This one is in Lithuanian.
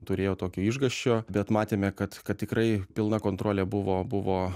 turėjo tokio išgąsčio bet matėme kad kad tikrai pilna kontrolė buvo buvo